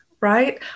right